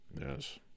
Yes